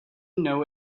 know